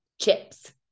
chips